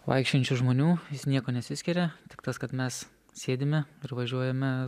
vaikščiojančių žmonių jis niekuo nesiskiria tik tas kad mes sėdime ir važiuojame